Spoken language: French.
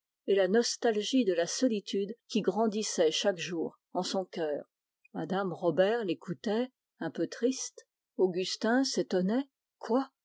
et la nostalgie de la solitude qui grandissait chaque jour en son cœur mme robert l'écoutait un peu triste augustin s'étonnait quoi